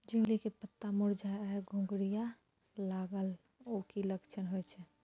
झिंगली के पत्ता मुरझाय आ घुघरीया लागल उ कि लक्षण होय छै?